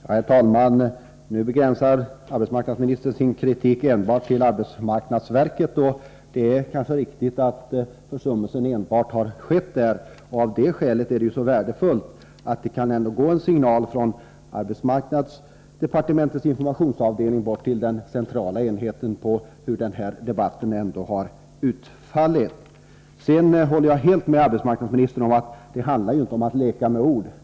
Herr talman! Nu begränsar arbetsmarknadsministern sin kritik till arbetsmarknadsverket, och det är kanske riktigt att försummelsen enbart har skett där. Av det skälet är det värdefullt att det kan gå en signal från arbetsmarknadsdepartementets informationsavdelning till den centrala enheten om hur den här debatten har utfallit. Sedan håller jag helt med arbetsmarknadsministern om att det inte handlar om att leka med ord.